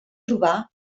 trobar